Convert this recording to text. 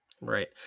Right